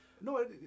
No